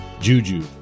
Juju